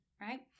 right